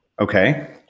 Okay